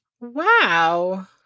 Wow